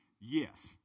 Yes